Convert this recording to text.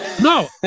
No